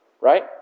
right